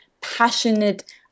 passionate